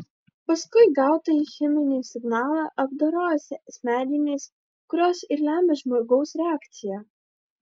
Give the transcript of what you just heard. paskui gautąjį cheminį signalą apdoroja smegenys kurios ir lemia žmogaus reakciją